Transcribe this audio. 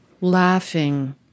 laughing